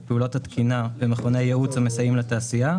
פעולות התקינה במכוני ייעוץ המסייעים לתעשייה,